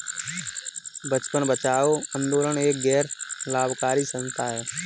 बचपन बचाओ आंदोलन एक गैर लाभकारी संस्था है